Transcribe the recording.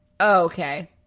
Okay